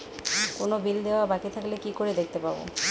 কোনো বিল দেওয়া বাকী থাকলে কি করে দেখতে পাবো?